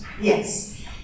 Yes